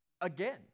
Again